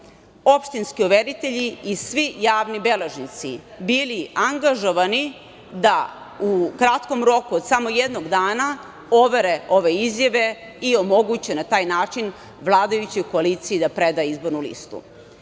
opštinski overitelji i svi javni beležnici bili angažovani da u kratkom roku od samo jednog dana overe ove izjave i omoguće na taj način vladajućoj koaliciji da preda izbornu listu.